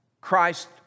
Christ